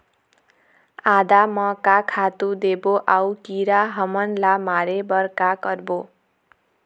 आदा म का खातू देबो अऊ कीरा हमन ला मारे बर का करबो?